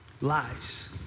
lies